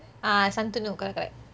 ah shanthanu correct correct